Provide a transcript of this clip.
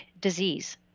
disease